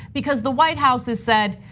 because the white house has said,